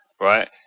right